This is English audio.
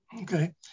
Okay